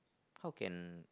how can